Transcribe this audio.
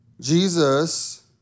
Jesus